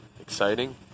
exciting